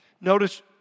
Notice